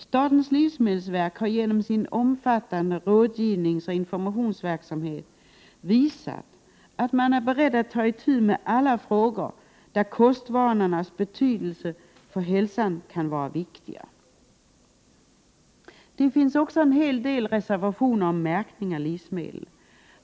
Statens livsmedelsverk har genom sin omfattande rådgivningsoch informationsverksamhet visat att det är berett att ta itu med alla frågor där kostvanorna kan ha stor betydelse för hälsan. Det finns också en hel del reservationer om märkning av livsmedel.